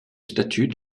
statut